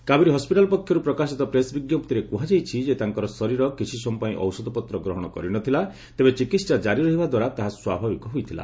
Kaveri hospital ପକ୍ଷର୍ ପ୍ରକାଶିତ press ବିଞ୍ଜପ୍ତିରେ କୁହାଯାଇଛି ଯେ ତାଙ୍କର ଶରୀର କିଛି ସମୟ ପାଇଁ ଔଷଧପତ୍ର ଗ୍ରହଣ କରିନଥିଲା ତେବେ ଚିକିତ୍ସା ଜାରୀ ରହିବା ଦ୍ୱାରା ତାହା ସ୍ୱାଭାବିକ ହୋଇଥିଲା